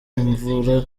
imvura